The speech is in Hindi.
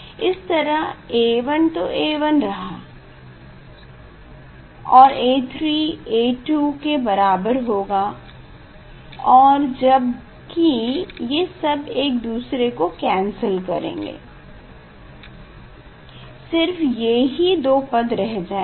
इस तरह A1 तो A1 रहेगा और A3 A2 के बराबर होगा और जब की ये सब एक दूसरे को कैन्सल करेंगे सिर्फ ये ही दो ही पद रह जाएँगे